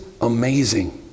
amazing